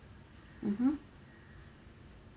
mmhmm